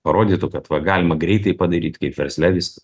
parodytų kad va galima greitai padaryti kaip versle vis